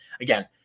again